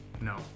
No